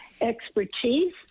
expertise